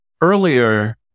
Earlier